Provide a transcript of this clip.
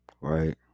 right